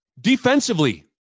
Defensively